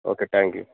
okay thank you